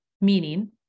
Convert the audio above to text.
meaning